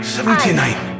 Seventy-nine